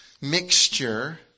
mixture